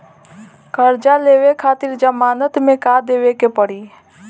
कर्जा लेवे खातिर जमानत मे का देवे के पड़ी?